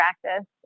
practice